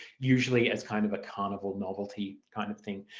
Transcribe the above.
usually as kind of a carnival novelty kind of thing.